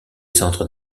centres